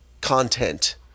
content